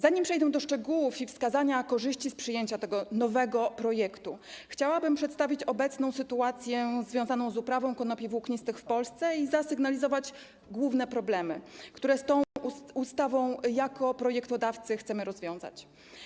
Zanim przejdę do omówienia szczegółów i wskazania korzyści wynikających z przyjęcia tego nowego projektu ustawy, chciałabym przedstawić obecną sytuację związaną z uprawą konopi włóknistych w Polsce i zasygnalizować główne problemy, które poprzez tę ustawę jako projektodawcy chcemy rozwiązać.